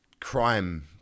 crime